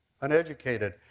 uneducated